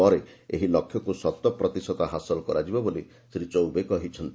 ପରେ ଏହି ଲକ୍ଷ୍ୟକୁ ଶତପ୍ରତିଶତ ହାସଲ କରାଯିବ ବୋଲି ଶ୍ରୀ ଚୌବେ କହିଛନ୍ତି